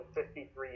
53